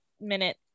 minute